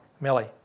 Millie